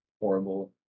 horrible